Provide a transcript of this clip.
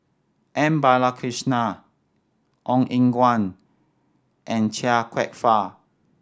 M Balakrishnan Ong Eng Guan and Chia Kwek Fah